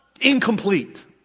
incomplete